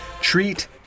treat